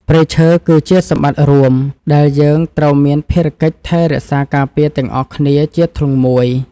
ព្រៃឈើ គឺជាសម្បត្តិរួមដែលយើងត្រូវមានភារកិច្ចថែរក្សាការពារទាំងអស់គ្នាជាធ្លុងមួយ។